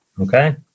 Okay